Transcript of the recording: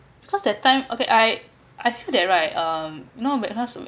because that time okay I I feel that right um know because